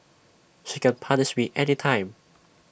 she can punish me anytime